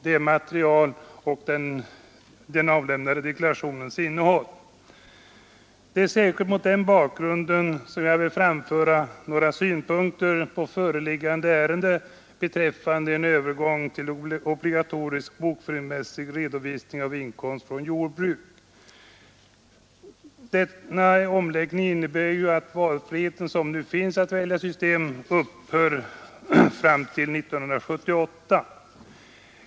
Det är särskilt mot den bakgrunden jag vill framföra några synpunkter på föreliggande ärende beträffande övergång till obligatorisk bokföringsmässig redovisning av inkomst av jordbruk. Denna övergång innebär ju att den frihet som nu finns att välja system upphör år 1978.